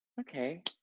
Okay